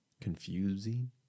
confusing